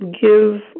give